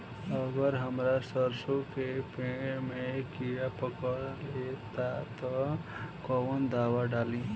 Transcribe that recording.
अगर हमार सरसो के पेड़ में किड़ा पकड़ ले ता तऽ कवन दावा डालि?